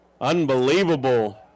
Unbelievable